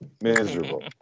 Miserable